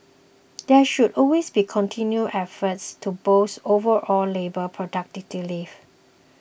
there should always be continued efforts to boost overall labour